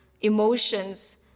emotions